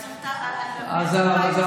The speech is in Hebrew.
אז היה מכרז.